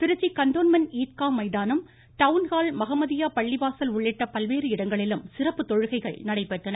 Trichy cantonment Eidgah மைதானம் town hall Mohammadia பள்ளிவாசல் உள்ளிட்ட பல்வேறு இடங்களிலும் சிறப்பு தொழுகைகள் நடைபெற்றன